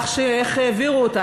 איך העבירו אותה?